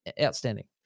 Outstanding